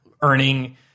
earning